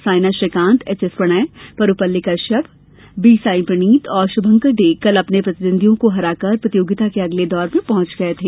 Saina Srikanth H S Prannoy Parupalli Kashyap B Sai Praneeth और शुभंकर डे कल अपने प्रतिद्वंद्वियों को हराकर प्रतियोगिता के अगले दौर में पहुंच गए थे